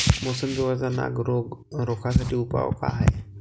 मोसंबी वरचा नाग रोग रोखा साठी उपाव का हाये?